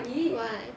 what